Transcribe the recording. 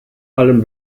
allem